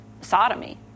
sodomy